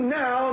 now